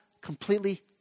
completely